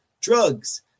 Drugs